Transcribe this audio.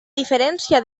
diferència